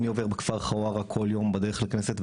אני עובר בכפר חווארה כל יום בדרך לכנסת,